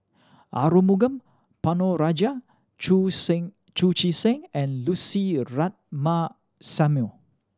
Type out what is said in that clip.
Arumugam Ponnu Rajah Chu Seng Chu Chee Seng and Lucy Ratnammah Samuel